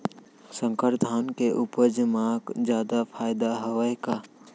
संकर धान के उपज मा जादा फायदा हवय का?